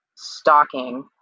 stalking